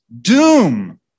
doom